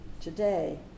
Today